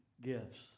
gifts